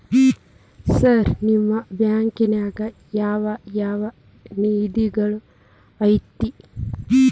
Sir ನಿಮ್ಮ ಬ್ಯಾಂಕನಾಗ ಯಾವ್ ಯಾವ ನಿಧಿಗಳು ಐತ್ರಿ?